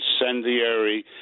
incendiary